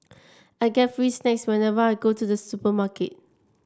I get free snacks whenever I go to the supermarket